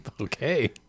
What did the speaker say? Okay